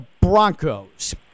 Broncos